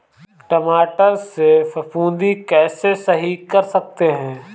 टमाटर से फफूंदी कैसे सही कर सकते हैं?